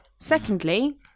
Secondly